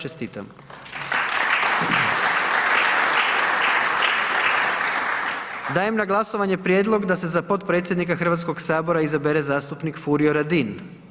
Čestitam. Dajem na glasovanje Prijedlog da se za potpredsjednika Hrvatskog sabora izabere zastupnik Furio Radin.